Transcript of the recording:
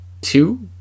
two